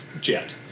jet